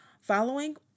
Following